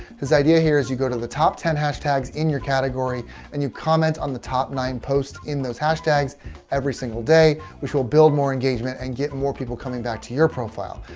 his idea here is you go to the top ten hashtags in your category and you comment on the top nine posts in those hashtags every single day, which will build more engagement and get more people coming back to your profile.